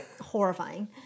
horrifying